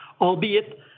albeit